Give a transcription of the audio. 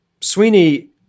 Sweeney